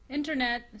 internet